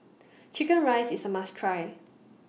Chicken Rice IS A must Try